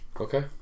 Okay